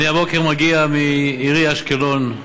הבוקר אני מגיע מעירי אשקלון,